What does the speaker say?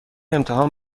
امتحان